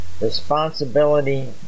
responsibility